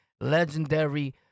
legendary